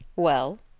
well?